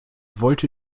wollte